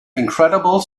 incredible